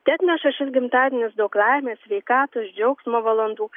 teatneša šis gimtadienis daug laimės sveikatos džiaugsmo valandų